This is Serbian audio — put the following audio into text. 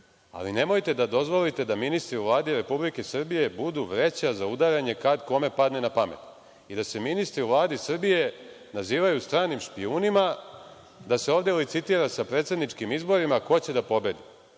ali nemojte da dozvolite da ministri u Vladi Republike Srbije budu vreća za udaranje kad kome padne napamet i da se ministri u Vladi Srbije, nazivaju stranim špijunima, da se ovde licitira sa predsedničkim izborima ko će da pobedi.